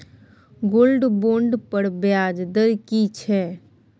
Gold bond पर ब्याज दर की छै?